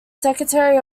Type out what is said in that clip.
secretary